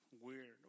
weird